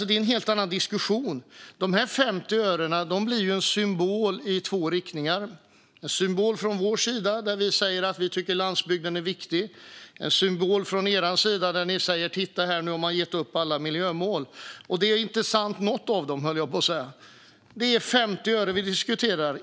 Det är en helt annan diskussion. Dessa 50 öre blir en symbol i två riktningar. De blir en symbol från vår sida där vi säger att vi tycker att landsbygden är viktig. Det blir en symbol från er sida, Axel Hallberg, där ni säger: Titta här - nu har man gett upp alla miljömål! Och inget av det är sant, höll jag på att säga. Det är 50 öre vi diskuterar.